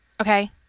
okay